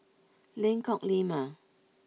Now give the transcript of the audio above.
Lengkok Lima